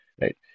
Right